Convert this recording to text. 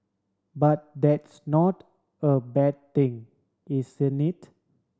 but that's not a bad thing isn't it